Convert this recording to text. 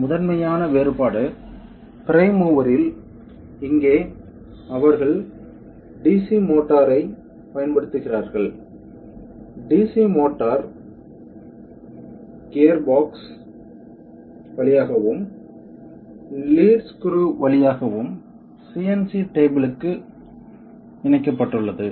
முதன்மையான வேறுபாடு பிரைம் மூவரில் இங்கே அவர்கள் டிசி மோட்டாரைப் பயன்படுத்துகிறார்கள் டிசி மோட்டார் கியர்பாக்ஸ் வழியாகவும் லீட் ஸ்க்ரூ வழியாகவும் சிஎன்சி டேபிளுக்கு இணைக்கப்பட்டுள்ளது